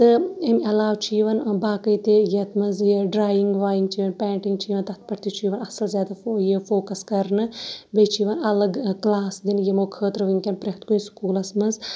تہٕ امہِ علاوٕ چھِ یِوان باقٕے تہِ یَتھ منٛز یہِ ڈرٛایِنٛگ وایِنٛگ چھِ پینٹِنٛگ چھِ یِوان تَتھ پٮ۪ٹھ چھُ یِوان اَصٕل زیادٕ فو یہِ فوکَس کَرنہٕ بیٚیہِ چھِ یِوان الگ کٕلاس دِنہٕ یِمو خٲطرٕ وٕنۍکٮ۪ن پرٮ۪تھ کُنہِ سکوٗلَس منٛز